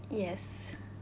yes